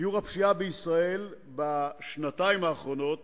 ירד שיעור הפשיעה בישראל בשנתיים האחרונות